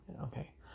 Okay